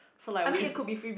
so like when